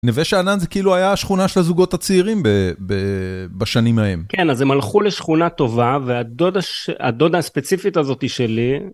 נווה שאנן זה כאילו היה השכונה של הזוגות הצעירים בשנים ההם. כן, אז הם הלכו לשכונה טובה, והדודה הספציפית הזאתי שלי.